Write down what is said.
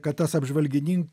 kad tas apžvalginin